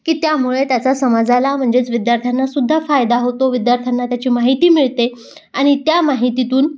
की त्यामुळे त्याचा समाजाला म्हणजेच विद्यार्थ्यांनासुद्धा फायदा होतो विद्यार्थ्यांना त्याची माहिती मिळते आणि त्या माहितीतून